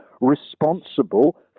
responsible